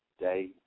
day